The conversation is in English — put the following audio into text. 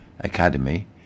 Academy